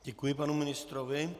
Děkuji panu ministrovi.